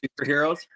superheroes